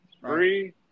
Three